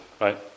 right